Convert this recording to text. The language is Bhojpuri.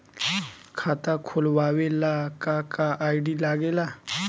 खाता खोलवावे ला का का आई.डी लागेला?